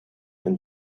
and